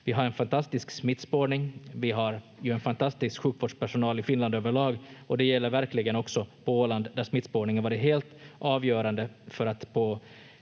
Vi har en fantastisk smittspårning. Vi har ju en fantastisk sjukvårdspersonal i Finland överlag, och det gäller verkligen också på Åland där smittspårningen varit helt avgörande för att få